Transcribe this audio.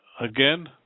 again